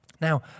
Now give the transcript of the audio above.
now